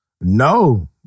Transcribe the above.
no